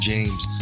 James